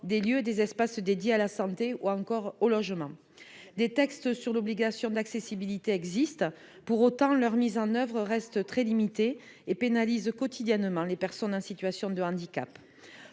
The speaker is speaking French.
des lieux, des espaces dédiés à la santé ou encore au logement des textes sur l'obligation d'accessibilité existe pour autant leur mise en oeuvre reste très limitée et pénalise quotidiennement les personnes hein, situation de handicap,